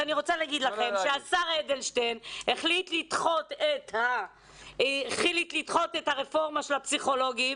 השר אדלשטיין החליט לדחות את הרפורמה של הפסיכולוגים